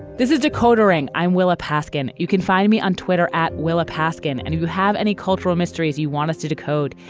this is decoder ring. i'm willa paskin. you can find me on twitter at willa paskin, and you have any cultural mysteries you want us to decode?